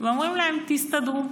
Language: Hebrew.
ואומרים להן: תסתדרו.